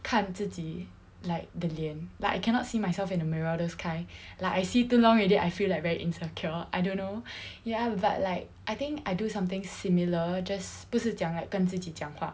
看自己 like 的脸 like I cannot see myself in the mirror those kind like I see too long already I feel like very insecure I don't know ya but like I think I do something similar just 不是讲来跟自己讲话